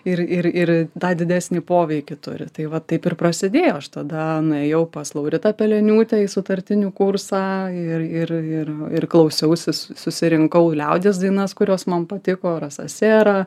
ir ir ir tą didesnį poveikį turi tai va taip ir prasidėjo aš tada nuėjau pas lauritą peleniūtę į sutartinių kursą ir ir ir ir klausiausi su susirinkau liaudies dainas kurios man patiko rasa sera